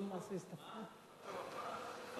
ההצעה שלא לכלול את הנושא